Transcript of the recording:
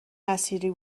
نصیری